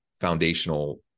foundational